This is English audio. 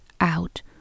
Out